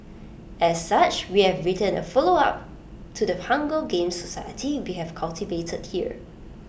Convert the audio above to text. as such we have written A follow up to the hunger games society we have cultivated here